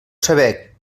saber